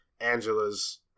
Angela's